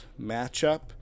matchup